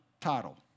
title